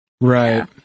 Right